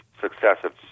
successive